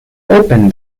open